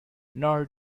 nor